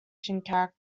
character